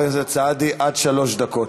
בבקשה, עד שלוש דקות.